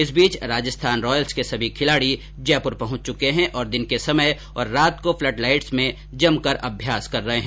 इस बीच राजस्थान रॉयल्स के सभी खिलाड़ी जयपुर पहुंच चुर्के हैं और दिन के समय तथा रात को फ्लड लाइट्स में जमकर अभ्यास कर रहे हैं